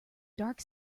dark